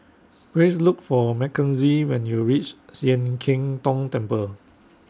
Please Look For Mackenzie when YOU REACH Sian Keng Tong Temple